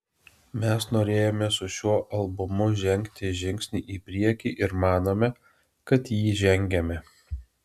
mes norėjome su šiuo albumu žengti žingsnį į priekį ir manome kad jį žengėme